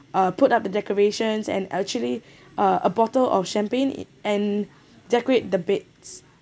uh put up the decorations and actually uh a bottle of champagne and decorate the beds